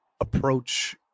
approach